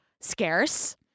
scarce